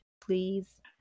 please